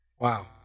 Wow